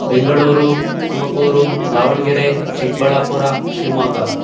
Bengaluru Tumakuru Davanagere Chikkaballapura Shivamogga